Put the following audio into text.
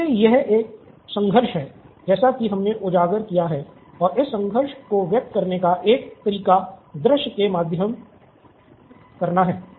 इसलिए यह संघर्ष है जैसा कि हमने उजागर किया है और इस संघर्ष को व्यक्त करने का एक तरीका दृश्य के माध्यम करना है